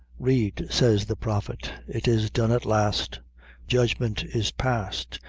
read, says the prophet it is done at last judgment is passed,